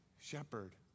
shepherd